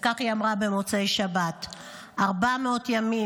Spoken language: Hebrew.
וככה היא אמרה במוצאי שבת: 400 ימים,